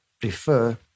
prefer